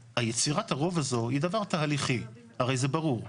יצירת הרוב הזאת היא דבר תהליכי, הרי זה ברור.